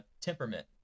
temperament